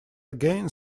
again